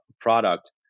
product